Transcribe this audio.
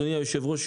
אדוני היושב-ראש,